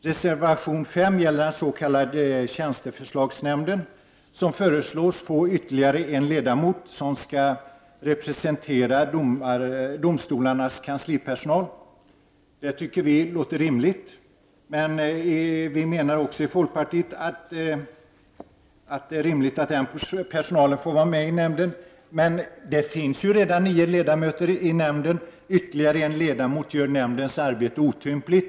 Reservation 5 gäller den s.k. tjänsteförslagsnämnden, som föreslås få ytterligare en ledamot som skall representera domstolarnas kanslipersonal. Det låter rimligt. Också vi i folkpartiet menar alltså att det är rimligt att denna personal får vara med i nämnden. Men i nämnden finns det redan nio ledamöter. Ytterligare en ledamot skulle göra nämndens arbete otympligt.